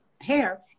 hair